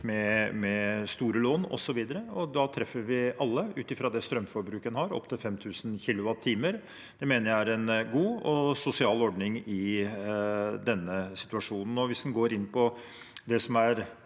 med store lån osv., og da treffer vi alle ut fra det strømforbruket de har, opptil 5 000 kWh. Det mener jeg er en god og sosial ordning i denne situasjonen.